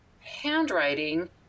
handwriting